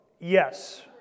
Yes